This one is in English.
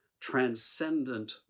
transcendent